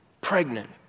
pregnant